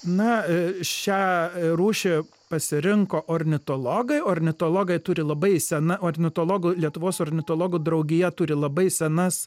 na šią rūšį pasirinko ornitologai ornitologai turi labai sena ornitologų lietuvos ornitologų draugija turi labai senas